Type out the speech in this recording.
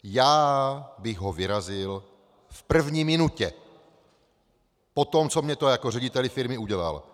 Já bych ho vyrazil v první minutě po tom, co mi to jako řediteli firmy udělal.